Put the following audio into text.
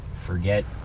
forget